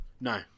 No